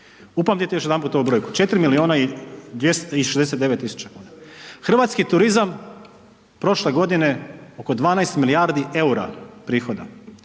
Upamtite još jedanput ovu brojku 4.069.000 kuna. Hrvatski turizam prošle godine oko 12 milijardi EUR-a prihoda,